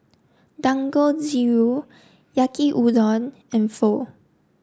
Dangojiru Yaki Udon and Pho